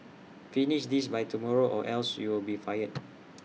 finish this by tomorrow or else you'll be fired